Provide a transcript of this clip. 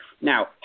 Now